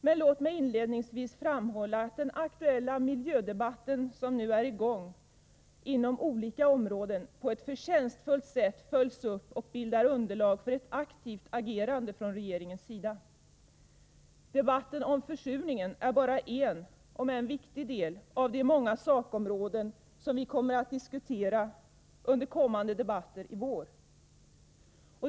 Men låt mig inledningsvis framhålla att den aktuella miljödebatt som pågår inom olika områden på ett förtjänstfullt sätt följs upp och bildar underlag för ett aktivt agerande från regeringens sida. Debatten om försurningen är bara en del, om än en viktig sådan, av de många sakområden som vi kommer att diskutera under kommande debatter i vår.